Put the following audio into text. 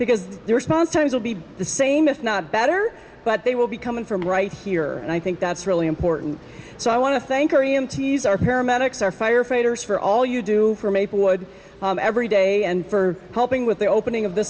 because their response times will be the same if not better but they will be coming from right here and i think that's really important so i want to thank our e m t as our paramedics our firefighters for all you do for maplewood every day and for helping with the opening of th